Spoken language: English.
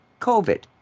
COVID